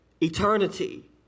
eternity